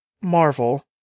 Marvel